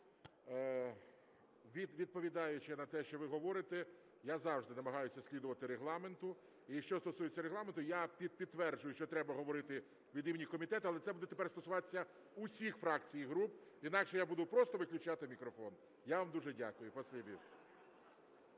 Відповідаючи на те, що ви говорите, я завжди намагаюся слідувати Регламенту. І що стосується Регламенту, я підтверджую, що треба говорити від імені комітету, але це буде тепер стосуватися усіх фракцій і груп, інакше я буду просто виключати мікрофон. Я вам дуже дякую.